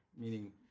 meaning